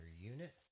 unit